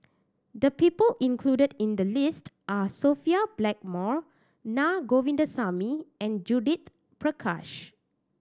the people included in the list are Sophia Blackmore Naa Govindasamy and Judith Prakash